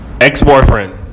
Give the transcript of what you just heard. Ex-boyfriend